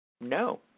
no